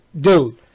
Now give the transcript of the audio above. Dude